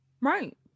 Right